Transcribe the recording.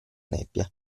nebbia